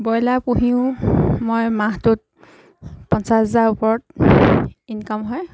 broiler পুহিও মই মাহটোত পঞ্চাছ হাজাৰ ওপৰত ইনকাম হয়